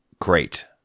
Great